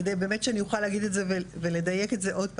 כדי באמת שאני אוכל להגיד את זה ולדייק את זה עוד פעם,